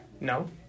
No